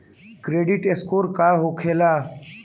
Credit score का होखेला?